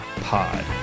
pod